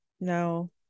no